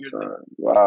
Wow